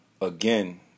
Again